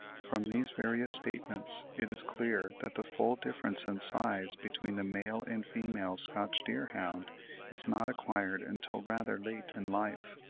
from these various statements it is clear that the full difference in size between the male and female scotch deer-hound is not acquired until rather late in life.